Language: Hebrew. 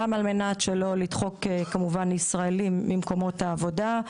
גם על מנת שלא לדחוק ישראלים ממקומות העבודה,